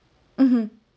mmhmm